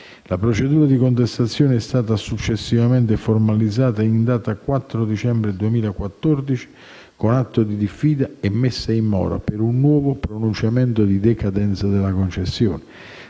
La procedura di contestazione è stata successivamente formalizzata in data 4 dicembre 2014 con atto di diffida e messa in mora per un nuovo pronunciamento di decadenza della concessione.